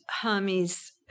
Hermes